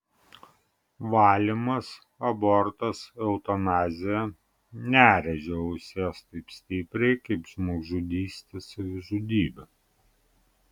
valymas abortas eutanazija nerėžia ausies taip stipriai kaip žmogžudystė savižudybė